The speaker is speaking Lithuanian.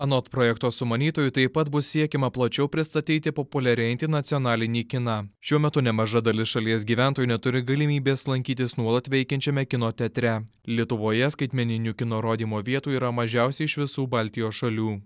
anot projekto sumanytojų taip pat bus siekiama plačiau pristatyti populiarėjantį nacionalinį kiną šiuo metu nemaža dalis šalies gyventojų neturi galimybės lankytis nuolat veikiančiame kino teatre lietuvoje skaitmeninių kino rodymo vietų yra mažiausia iš visų baltijos šalių